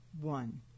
one